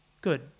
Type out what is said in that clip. good